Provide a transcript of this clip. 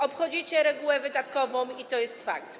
Obchodzicie regułę wydatkową, i to jest fakt.